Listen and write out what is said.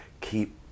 keep